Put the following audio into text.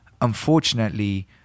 unfortunately